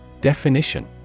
Definition